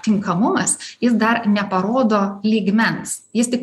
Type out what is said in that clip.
tinkamumas jis dar neparodo lygmens jis tik